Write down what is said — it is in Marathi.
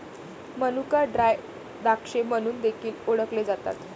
मनुका ड्राय द्राक्षे म्हणून देखील ओळखले जातात